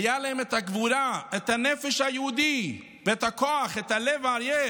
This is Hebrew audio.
היו להם הגבורה, הנפש היהודית והכוח, לב האריה,